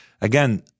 Again